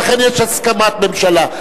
ולכן יש הסכמת הממשלה.